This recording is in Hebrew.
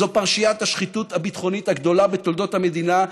זו פרשיית השחיתות הביטחונית הגדולה בתולדות המדינה,